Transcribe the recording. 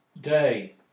day